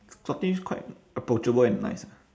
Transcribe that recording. scottish quite approachable and nice ah